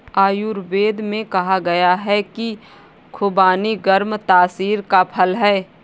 आयुर्वेद में कहा गया है कि खुबानी गर्म तासीर का फल है